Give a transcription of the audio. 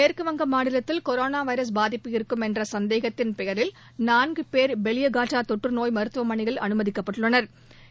மேற்கு வங்க மாநிலத்தில் கொரோனா வைரஸ் பாதிப்பு இருக்கும் என்ற சந்தேகத்தின் பெயரில் நான்கு பேர் பெலியாகட்டா தொற்றுநோய் மருத்துவமனையில் அனுமதிக்கப்பட்டுள்ளனா்